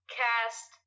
cast